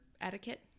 etiquette